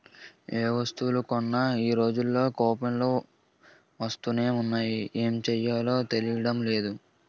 ఏ వస్తువులు కొన్నా ఈ రోజుల్లో కూపన్లు వస్తునే ఉన్నాయి ఏం చేసుకోవాలో తెలియడం లేదు